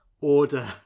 order